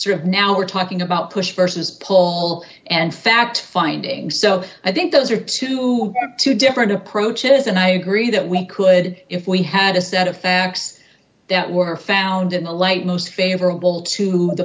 have now we're talking about push versus pull and fact finding so i think those are twenty two different approaches and i agree that we could if we had a set of facts that were found in the light most favorable to the